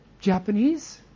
Japanese